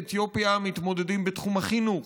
אתיופיה מתמודדים עימם בתחום החינוך,